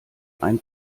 ein